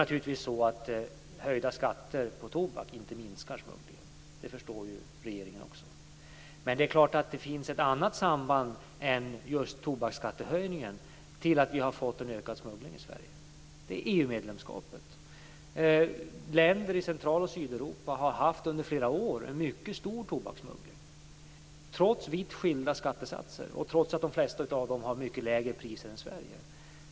Naturligtvis minskar inte höjda skatter på tobak smugglingen. Det förstår regeringen också. Men det finns helt klart ett annat samband än just tobaksskattehöjningen till att vi har fått en ökad smuggling i Sverige. Det är EU-medlemskapet. Länder i Centraloch Sydeuropa har under flera år haft en mycket stor tobakssmuggling, trots vitt skilda skattesatser och trots att de flesta av dem har mycket lägre priser än Sverige.